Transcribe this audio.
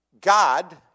God